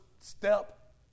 Step